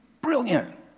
Brilliant